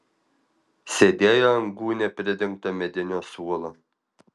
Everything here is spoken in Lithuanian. sėdėjo ant gūnia pridengto medinio suolo